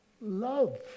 love